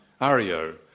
Ario